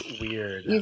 weird